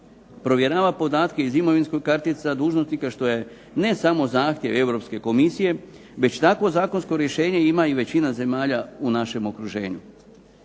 provjerava podatke iz imovinskih kartica dužnosnika što je ne samo zahtjev Europske komisije, već tako zakonsko rješenje ima i većina zemalja u našem okruženju.